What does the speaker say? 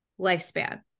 lifespan